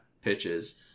pitches